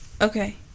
Okay